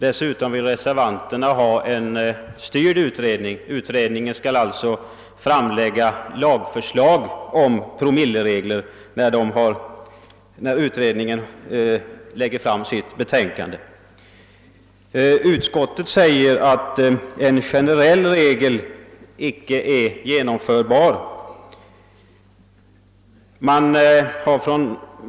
Dessutom vill reservanterna ha en styrd utredning i så måtio att det betänkande som utredningen skall framlägga skall innehålla lagförslag om promilleregler. Utskottet säger att en generell regel icke är genomförbar.